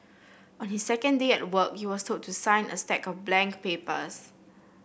on his second day at work he was told to sign a stack of blank papers